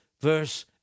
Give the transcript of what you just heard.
verse